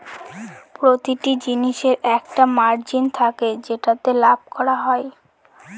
প্রতিটা জিনিসের একটা মার্জিন থাকে যেটাতে লাভ করা যায়